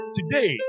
Today